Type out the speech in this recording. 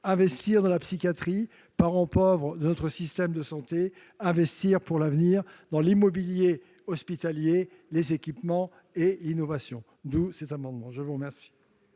investir dans la psychiatrie, parent pauvre de notre système de santé, investir pour l'avenir dans l'immobilier hospitalier, les équipements et l'innovation. Quel est l'avis de